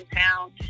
town